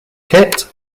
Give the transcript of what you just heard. kit